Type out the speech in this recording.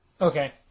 Okay